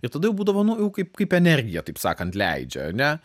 ir tada jau būdavo nu jau kaip kaip energija taip sakant leidžia ane